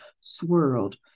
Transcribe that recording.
swirled